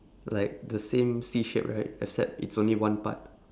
like the same C shape right except it's only one part